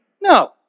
No